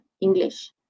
English